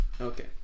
Okay